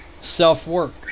self-work